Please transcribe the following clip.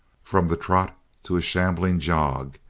from the trot to a shambling jog,